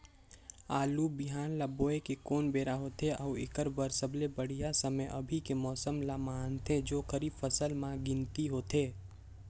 आलू बिहान ल बोये के कोन बेरा होथे अउ एकर बर सबले बढ़िया समय अभी के मौसम ल मानथें जो खरीफ फसल म गिनती होथै?